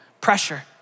pressure